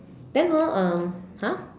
then hor um !huh!